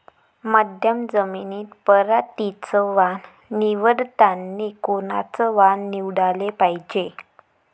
मध्यम जमीनीत पराटीचं वान निवडतानी कोनचं वान निवडाले पायजे?